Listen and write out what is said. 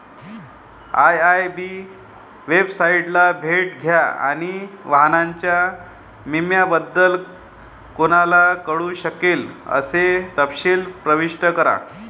IIB वेबसाइटला भेट द्या आणि वाहनाच्या विम्याबद्दल कोणाला कळू शकेल असे तपशील प्रविष्ट करा